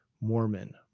Mormon